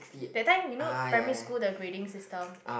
that time you know primary school the grading system